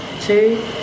two